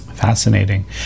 Fascinating